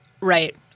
right